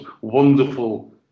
wonderful